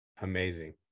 Amazing